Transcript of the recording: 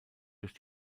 durch